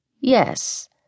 Yes